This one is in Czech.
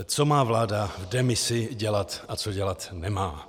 Co má vláda v demisi dělat a co dělat nemá?